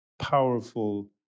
powerful